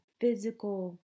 physical